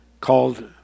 called